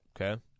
okay